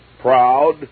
proud